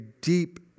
deep